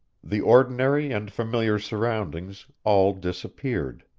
the ordinary and familiar surroundings all disappeared.